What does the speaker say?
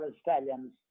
stallions